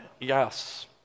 yes